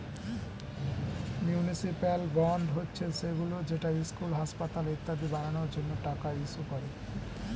municipal bond হচ্ছে সেইগুলো যেটা স্কুল, হাসপাতাল ইত্যাদি বানানোর জন্য টাকা ইস্যু করে